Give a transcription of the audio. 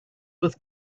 with